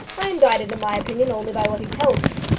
i am guided in my opinion only by what he tells me.